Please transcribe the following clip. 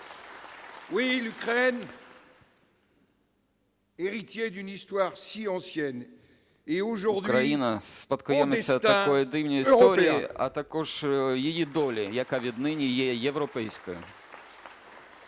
Україна - спадкоємиця такої давньої історії, а також її долі, яка від нині є європейською.